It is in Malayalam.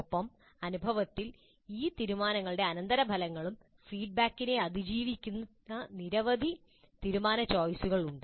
ഒപ്പം അനുഭവത്തിൽ ഈ തീരുമാനങ്ങളുടെ അനന്തരഫലങ്ങളും ഫീഡ്ബാക്കിനെ അതിജീവിക്കുന്ന നിരവധി തീരുമാന ചോയ്സുകൾ ഉണ്ട്